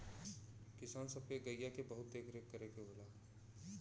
किसान सब के गइया के बहुत देख रेख करे के होला